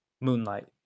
Moonlight